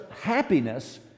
happiness